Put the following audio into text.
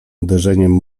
uderzeniem